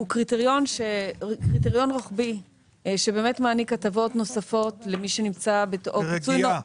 הוא קריטריון רוחבי שבאמת מעניק הטבות נוספות למי שנמצא -- ברגיעה.